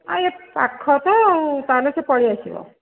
ଆଉ ୟେ ପାଖ ତ ଆଉ ତାହାହେଲେ ସେ ପଳେଇ ଆସିବ